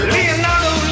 Leonardo